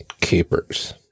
capers